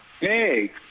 Hey